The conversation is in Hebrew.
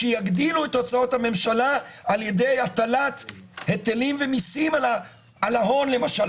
שיגדילו את הוצאות הממשלה על ידי הטלת היטלים ומיסים על ההון למשל,